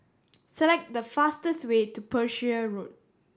select the fastest way to Pereira Road